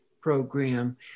program